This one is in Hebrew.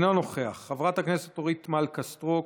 אינו נוכח, חברת הכנסת אורית מלכה סטרוק,